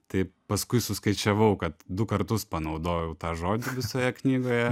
tai paskui suskaičiavau kad du kartus panaudojau tą žodį visoje knygoje